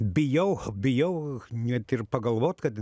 bijau bijau net ir pagalvot kad